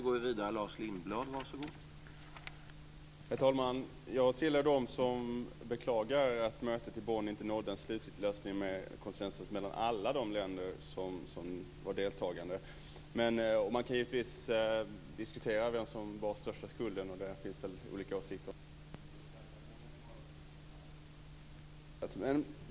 Herr talman! Jag tillhör dem som beklagar att mötet i Bonn inte nådde en slutlig lösning med konsensus mellan alla de länder som deltog. Man kan givetvis diskutera vem som bar största skulden, och där finns väl olika åsikter. Det finns ganska många som har åsikter om detta.